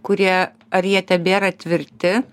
kurie ar jie tebėra tvirti